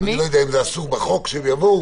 אני לא יודע אם אסור בחוק שהם יבואו,